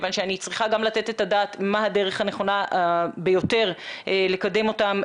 כיוון שאני צריכה גם לתת את הדעת מה הדרך הנכונה ביותר לקדם אותם,